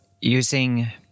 Using